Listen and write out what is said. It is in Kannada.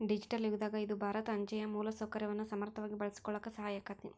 ಡಿಜಿಟಲ್ ಯುಗದಾಗ ಇದು ಭಾರತ ಅಂಚೆಯ ಮೂಲಸೌಕರ್ಯವನ್ನ ಸಮರ್ಥವಾಗಿ ಬಳಸಿಕೊಳ್ಳಾಕ ಸಹಾಯ ಆಕ್ಕೆತಿ